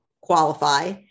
qualify